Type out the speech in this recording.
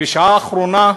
בשעה האחרונה,